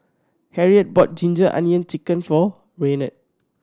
Harriet bought ginger onion chicken for Raynard